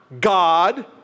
God